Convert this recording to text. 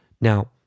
Now